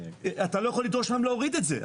אתה לא יכול לדרוש מהם להוריד את זה.